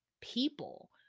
people